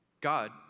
God